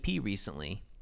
recently